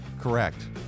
Correct